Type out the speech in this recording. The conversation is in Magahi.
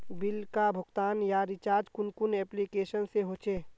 बिल का भुगतान या रिचार्ज कुन कुन एप्लिकेशन से होचे?